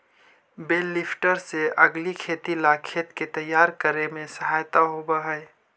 बेल lifter से अगीला खेती ला खेत के तैयार करे में सहायता होवऽ हई